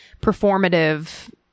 performative